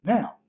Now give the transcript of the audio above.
Now